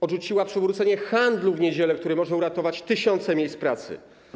Odrzuciła przywrócenie handlu w niedzielę, który może uratować tysiące miejsc pracy.